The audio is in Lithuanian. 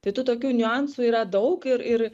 tai tų tokių niuansų yra daug ir ir